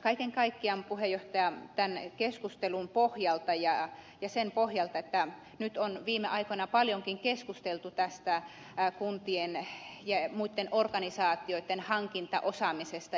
kaiken kaikkiaan puhemies tämän keskustelun pohjalta ja sen pohjalta että nyt on viime aikoina paljonkin keskusteltu tästä kuntien ja muitten organisaatioitten hankintaosaamisesta